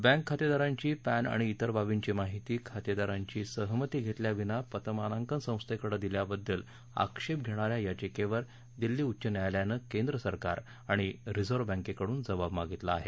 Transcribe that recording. bank खाते दारांची PAN आणि जेर बाबींची माहिती खातेदारांची सहमती घेतल्या विना पतमानांकन संस्थेकडे दिल्याबद्दल आक्षेप घेण या याचिकेवर दिल्ली उच्च न्यायालयानं केंद्रसरकार आणि रिझर्व बँकेकडून जबाब मागितला आहे